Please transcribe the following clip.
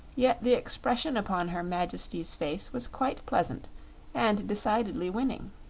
yet the expression upon her majesty's face was quite pleasant and decidedly winning.